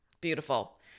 Beautiful